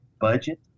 budget